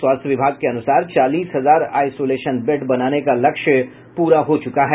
स्वास्थ्य विभाग के अनुसार चालीस हजार आईसोलेशन बेड बनाने का लक्ष्य पूरा हो चुका है